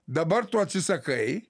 dabar tu atsisakai